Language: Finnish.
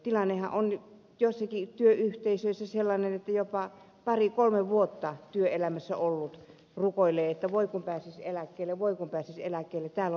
tilannehan on joissakin työyhteisöissä sellainen että jopa pari kolme vuotta työelämässä ollut rukoilee että voi kun pääsisi eläkkeelle voi kun pääsisi eläkkeelle täällä on niin paha olla